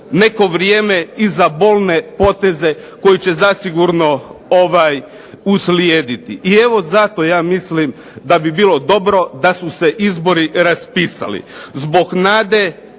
neko vrijeme i za bolne poteze koji će zasigurno uslijediti. Evo zato ja mislim da bi bilo dobro da su se izbori raspisali, zbog nade